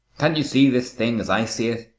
can't you see this thing as i see it?